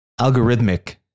algorithmic